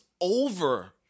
over